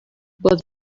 but